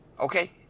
Okay